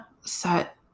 set